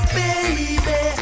baby